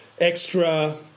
extra